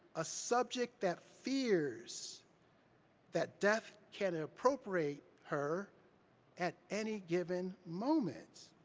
a subject that fears that death can appropriate her at any given moment.